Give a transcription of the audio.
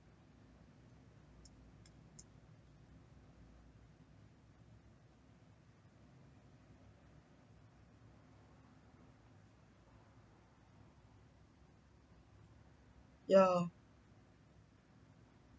yeah